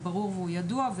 ברור וידוע,